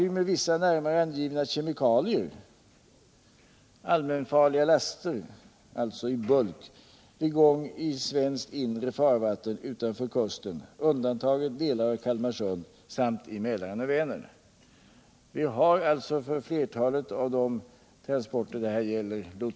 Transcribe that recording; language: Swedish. Vi har alltså lotstvång för flertalet av de transporter det här gäller.